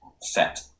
set